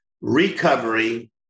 recovery